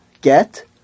get